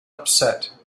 upset